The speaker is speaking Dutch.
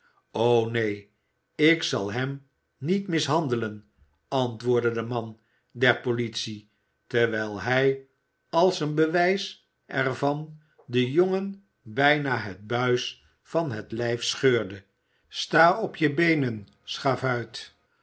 neen ik zal hem niet mishandelen antwoordde de man der politie terwijl hij als een bewijs er van den jongen bijna het buis van het lijf scheurde sta op je beenen schavuit